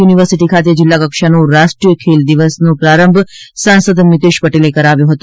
university ખાતે જિલ્લા કક્ષાનો રાષ્ટ્રીય ખેલ દિવસ ને પ્રારંભ સાંસદ મિતેષ પટેલે કરાવ્યો હતો